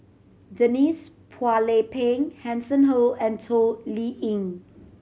Denise Phua Lay Peng Hanson Ho and Toh Liying